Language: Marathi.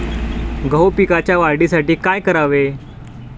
गहू पिकाच्या वाढीसाठी काय करावे?